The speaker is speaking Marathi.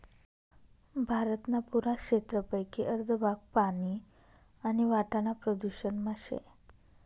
भारतना पुरा क्षेत्रपेकी अर्ध भाग पानी आणि वाटाना प्रदूषण मा शे